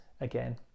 again